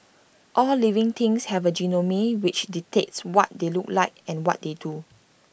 all living things have A genome which dictates what they look like and what they do